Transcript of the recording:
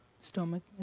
stomach